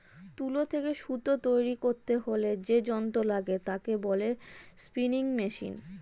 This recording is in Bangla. তুলো থেকে সুতো তৈরী করতে হলে যে যন্ত্র লাগে তাকে বলে স্পিনিং মেশিন